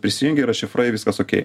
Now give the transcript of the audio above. prisijungi yra šifrai viskas okei